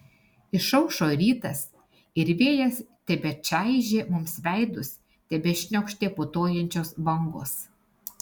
išaušo rytas ir vėjas tebečaižė mums veidus tebešniokštė putojančios bangos